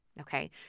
okay